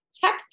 tech